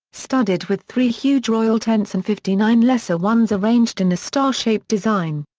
studded with three huge royal tents and fifty-nine lesser ones arranged in a star-shaped design.